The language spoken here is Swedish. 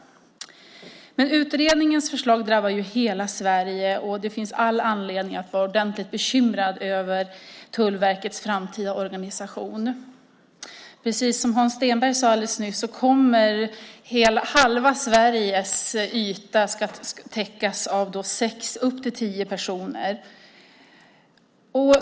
Men utredningens förslag drabbar hela Sverige, och det finns all anledning att vara ordentligt bekymrad över Tullverkets framtida organisation. Precis som Hans Stenberg sade alldeles nyss kommer halva Sveriges yta att täckas av sex, upp till tio personer.